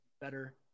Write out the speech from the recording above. better